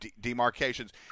demarcations